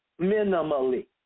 minimally